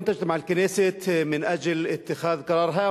(נושא דברים בשפה הערבית, להלן תרגומם לעברית: